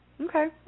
Okay